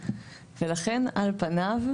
ולכן על פניו,